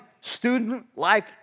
student-like